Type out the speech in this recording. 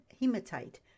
hematite